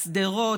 שדרות,